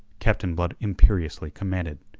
captain blood imperiously commanded,